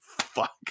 fuck